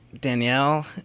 Danielle